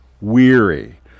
weary